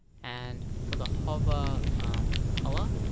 and for the hover color,